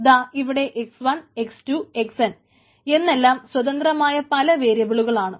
ദാ ഇവിടെ x1 x2 xn എന്നതെല്ലാം സ്വതന്ത്രമായ പല വേരിയബിളുകളാണ്